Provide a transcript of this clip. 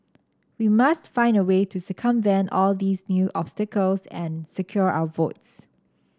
we must find a way to circumvent all these new obstacles and secure our votes